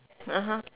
(uh huh)